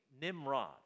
Nimrod